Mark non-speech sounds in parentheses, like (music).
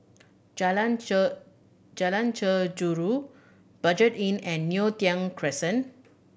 Jalan (unintelligible) Jalan Jeruju Budget Inn and Neo Tiew Crescent